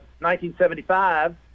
1975